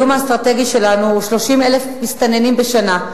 האיום האסטרטגי שלנו הוא 30,000 מסתננים בשנה.